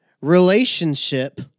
Relationship